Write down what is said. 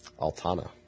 Altana